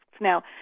Now